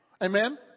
Amen